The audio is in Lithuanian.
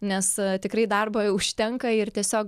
nes tikrai darbo užtenka ir tiesiog